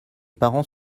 parents